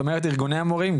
את אומרת ארגוני המורים,